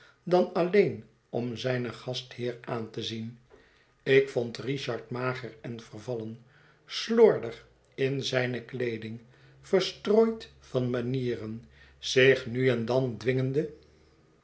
dan alleen om zijn gastheer aan te zien ik vond richard mager en vervallen slordig in zijne kleeding verstrooid van manieren zich nu en dan dwingende